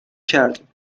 کردیم